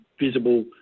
visible